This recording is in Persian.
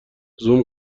زوم